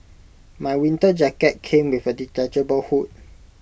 my winter jacket came with A detachable hood